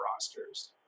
rosters